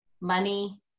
money